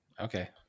Okay